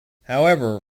however